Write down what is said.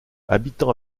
habitant